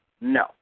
No